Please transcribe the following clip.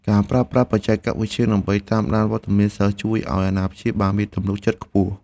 ការប្រើប្រាស់បច្ចេកវិទ្យាដើម្បីតាមដានវត្តមានសិស្សជួយឱ្យអាណាព្យាបាលមានទំនុកចិត្តខ្ពស់។